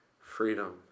freedom